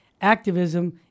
activism